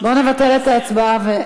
נבטל את ההצבעה.